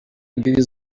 imbibi